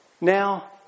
Now